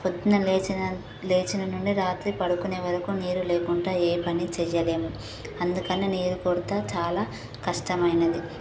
పొద్దున లేచిన లేచిన నుండి రాత్రి పడుకునే వరకు నీళ్ళు లేకుండా ఏ పని చేయలేము అందుకని నీరు కొరత చాలా కష్టమైనది